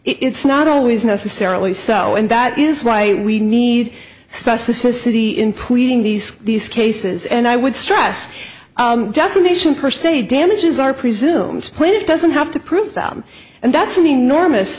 it's not always necessarily so and that is why we need specificity in pleading these these cases and i would stress defamation per se damages are presume to point it doesn't have to prove them and that's an enormous